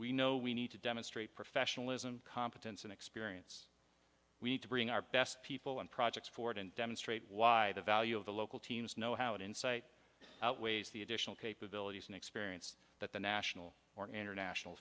we know we need to demonstrate professionalism competence and experience we need to bring our best people and projects forward and demonstrate why the value of the local teams know how and insight outweighs the additional capabilities and experience that the national or international